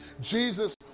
jesus